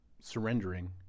surrendering